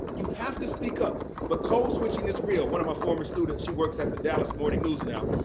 you have to speak up. but code switching is real. one of my former student, she works at the dallas morning news now,